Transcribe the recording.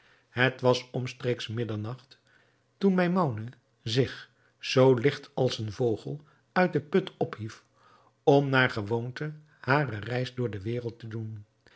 het was omstreeks middernacht toen maimoune zich zoo ligt als een vogel uit de put ophief om naar gewoonte hare reis door de wereld te doen